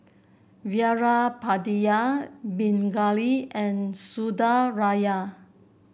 Veerapandiya Pingali and Sundaraiah